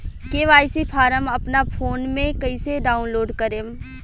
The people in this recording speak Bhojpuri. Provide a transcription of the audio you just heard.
के.वाइ.सी फारम अपना फोन मे कइसे डाऊनलोड करेम?